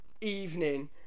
evening